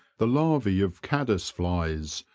the larvae of caddis flies,